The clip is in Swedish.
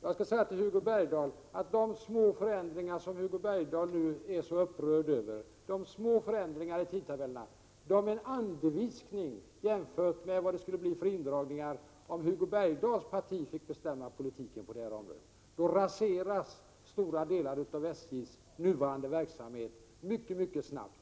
De små förändringar i tidtabellerna som Hugo Bergdahl nu är så upprörd över är en andeviskning jämfört med de indragningar som skulle komma att göras om hans parti fick bestämma politiken på detta område. Då skulle stora delar av SJ:s nuvarande verksamhet raseras mycket snabbt.